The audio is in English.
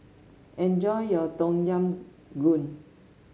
enjoy your Tom Yam Goong